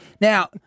Now